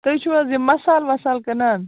تُہۍ چھِو حظ یِم مصالہٕ وصال کٕنان